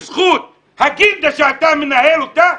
בזכות הגילדה שאתה מנהל אותה?